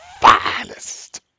finest